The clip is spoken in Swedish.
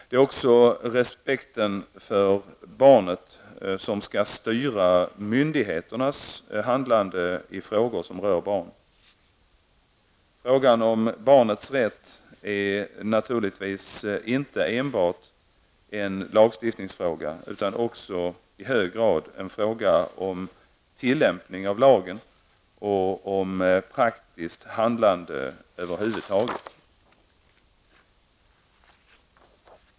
Det är också respekten för barnet som skall styra myndigheternas handlande i frågor som rör barn. Frågan om barnets rätt är naturligtvis inte enbart en lagstiftningsfråga utan också i hög grad en fråga om tillämpning av lagen och om praktiskt handlande över huvud taget.